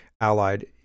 allied